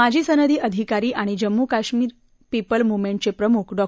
माजी सनदी अधिकारी आणि जम्मू आणि कश्मिर पिपल मुव्हमेंज्ञे प्रमुख डॉ